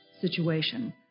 situation